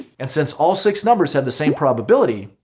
and since all six numbers have the same probability,